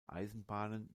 eisenbahnen